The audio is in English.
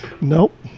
Nope